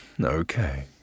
Okay